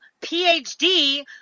PhD